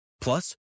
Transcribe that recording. Plus